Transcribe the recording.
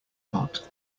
pot